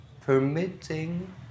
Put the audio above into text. permitting